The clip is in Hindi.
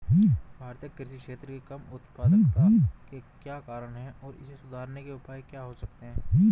भारतीय कृषि क्षेत्र की कम उत्पादकता के क्या कारण हैं और इसे सुधारने के उपाय क्या हो सकते हैं?